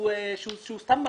סתם מקשה,